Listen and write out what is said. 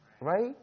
right